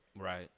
Right